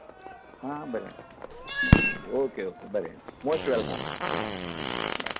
आं बरें okay okay okay बरें मॉस्ट वॅलकम बाय